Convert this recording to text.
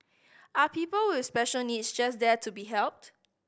are people with special needs just there to be helped